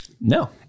No